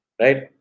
Right